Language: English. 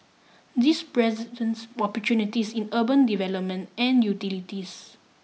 this present opportunities in urban development and utilities